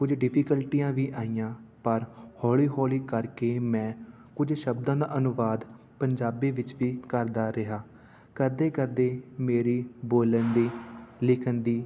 ਕੁਝ ਡਿਫੀਕਲਟੀਆਂ ਵੀ ਆਈਆਂ ਪਰ ਹੌਲੀ ਹੌਲੀ ਕਰਕੇ ਮੈਂ ਕੁਝ ਸ਼ਬਦਾਂ ਦਾ ਅਨੁਵਾਦ ਪੰਜਾਬੀ ਵਿੱਚ ਵੀ ਕਰਦਾ ਰਿਹਾ ਕਰਦੇ ਕਰਦੇ ਮੇਰੀ ਬੋਲਣ ਦੀ ਲਿਖਣ ਦੀ